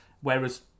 Whereas